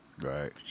Right